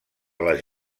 les